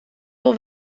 wol